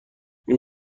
این